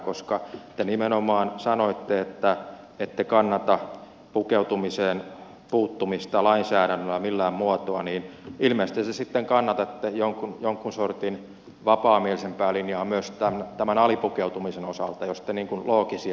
koska te nimenomaan sanoitte että ette kannata pukeutumiseen puuttumista lainsäädännöllä millään muotoa niin ilmeisesti te sitten kannatatte jonkin sortin vapaamielisempää linjaa myös tämän alipukeutumisen osalta jos te niin kuin loogisia olette